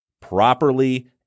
properly